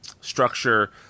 structure